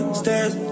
stairs